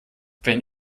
wenn